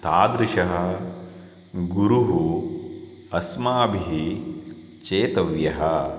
तादृशः गुरुः अस्माभिः चेतव्यः